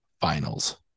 Finals